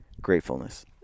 gratefulness